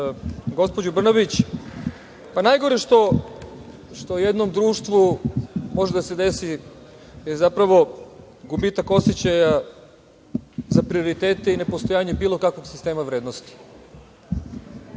gospođo Brnabić, najgore što u jednom društvu može da se desi je zapravo gubitak osećaja za prioritete i nepostojanje bilo kakvog sistema vrednosti.